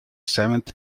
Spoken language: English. seventh